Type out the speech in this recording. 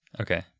okay